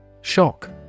Shock